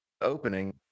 opening